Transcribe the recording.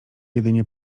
jedynie